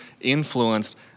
influenced